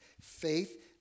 Faith